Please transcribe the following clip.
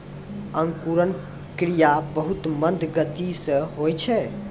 अंकुरन क्रिया बहुत मंद गति सँ होय छै